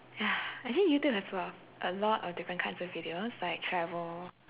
ya actually youtube has a lot of a lot of different kinds of videos like travel